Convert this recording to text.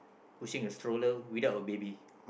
pushing a stroller without a baby